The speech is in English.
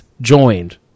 joined